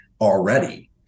already